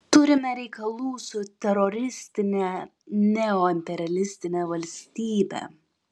turime reikalų su teroristine neoimperialistine valstybe